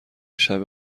شبه